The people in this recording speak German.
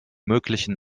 möglichen